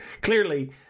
Clearly